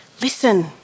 Listen